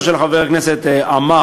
לשאלתו של חבר הכנסת עמאר,